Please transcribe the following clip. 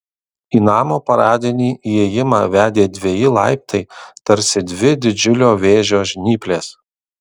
į namo paradinį įėjimą vedė dveji laiptai tarsi dvi didžiulio vėžio žnyplės